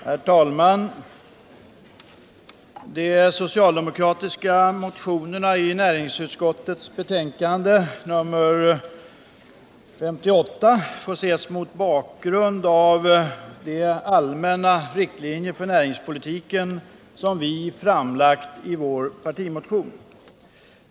Herr talman! De socialdemokratiska motioner som behandlas i näringsutskottets betänkande nr 58 får ses mot bakgrund av de allmänna riktlinjer för näringspolitiken som vi framlagt i vår partimotion.